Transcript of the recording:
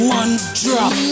one-drop